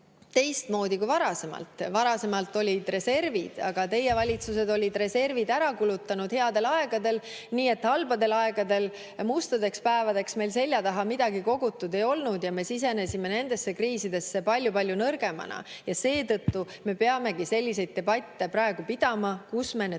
teistmoodi kui varem – varasemalt olid reservid, aga teie valitsused olid reservid ära kulutanud headel aegadel, nii et halbadel aegadel, mustadeks päevadeks meil selja taha midagi kogutud ei olnud –, siis me sisenesime nendesse kriisidesse palju-palju nõrgemana. Seetõttu me peamegi praegu pidama debatte